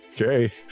Okay